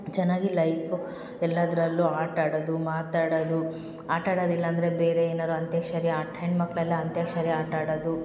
ಚೆನ್ನಾಗಿ ಲೈಫು ಎಲ್ಲದರಲ್ಲೂ ಆಟ ಆಡೋದು ಮಾತಾಡೋದು ಆಟದಿಲ್ಲ ಅಂದರೆ ಬೇರೆ ಏನಾರು ಅಂತ್ಯಕ್ಷರಿ ಆಟ ಹೆಣ್ಣು ಮಕ್ಕಳೆಲ್ಲ ಅಂತ್ಯಕ್ಷರಿ ಆಟ ಆಡೋದು